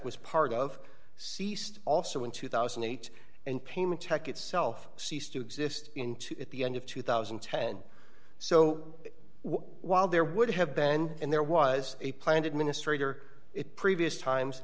was part of ceased also in two thousand and eight and payment tech itself ceased to exist in two at the end of two thousand and ten so while there would have been and there was a planned administrator it previous times